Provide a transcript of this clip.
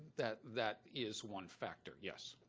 that that is one factor, yes,